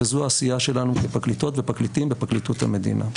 וזו העשייה שלנו כפרקליטות ופרקליטים בפרקליטות המדינה.